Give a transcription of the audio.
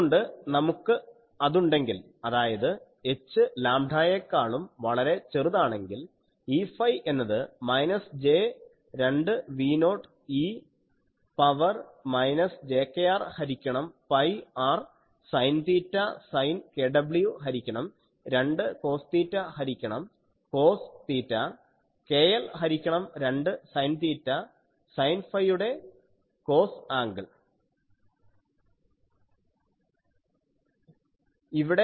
അതുകൊണ്ട് നമുക്ക് അതുണ്ടെങ്കിൽ അതായത് h ലാംഡായെക്കാളും വളരെ ചെറുതാണെങ്കിൽ Eφ എന്നത് minus j 2V0 e power minus j kr ഹരിക്കണം pi r sine theta sine kw ഹരിക്കണം 2 കോസ് തീറ്റ ഹരിക്കണം കോസ് തീറ്റ kl ഹരിക്കണം 2 സൈൻ തീറ്റ സൈൻ ഫൈയുടെ കോസ് ആങ്കിൾ